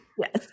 yes